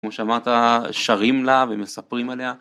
כמו שאמרת שרים לה ומספרים עליה.